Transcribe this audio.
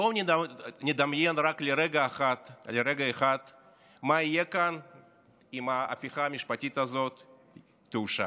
בואו נדמיין רק לרגע אחד מה יהיה כאן אם ההפיכה המשפטית הזאת תאושר: